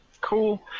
cool